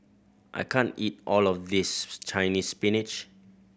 I can't eat all of this Chinese Spinach